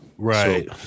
Right